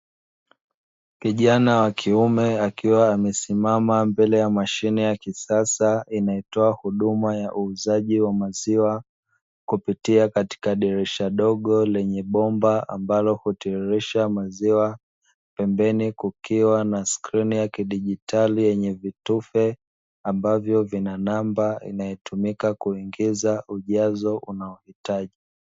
Kijana wa kiume akiwa amesimama mbele ya mashine ya kisasa ya kutoa huduma ya uuzaji wa maziwa kupitia katika dirisha dogo lenye bomba ambalo hutolea maziwa, pembeni kukiwa na skirini ya kidijitali yenye vitufe ambavyo vina namba inayotumika kuingiza ujazo unaohitaji.